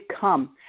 come